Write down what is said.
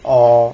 or